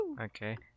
Okay